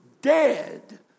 dead